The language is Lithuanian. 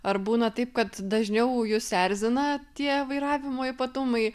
ar būna taip kad dažniau jus erzina tie vairavimo ypatumai